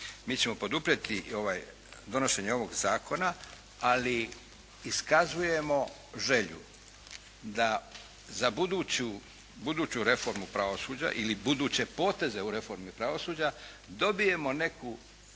Mi ćemo poduprijeti donošenje ovog zakona, ali iskazujemo želju da za buduću reformu pravosuđa ili buduće poteze u reformi pravosuđa dobijemo neki